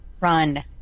Run